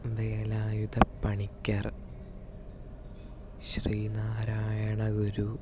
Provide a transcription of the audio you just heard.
Velayudha Panicker Sree Narayana Guru